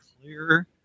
clear